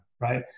right